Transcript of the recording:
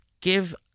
give